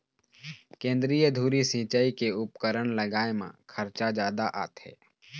केंद्रीय धुरी सिंचई के उपकरन लगाए म खरचा जादा आथे